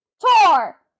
tour